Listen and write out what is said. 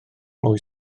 mwy